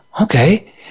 okay